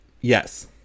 Yes